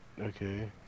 okay